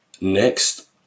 Next